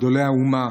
גדולי האומה,